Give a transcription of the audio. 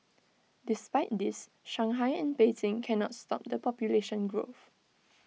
despite this Shanghai and Beijing cannot stop the population growth